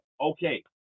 Okay